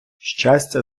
щастя